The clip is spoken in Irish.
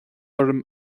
orm